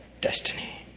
destiny